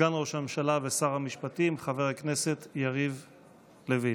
סגן ראש הממשלה ושר המשפטים חבר הכנסת יריב לוין,